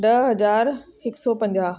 ॾह हज़ार हिकु सौ पंजाहु